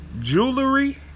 Jewelry